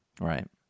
Right